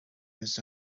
his